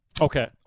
Okay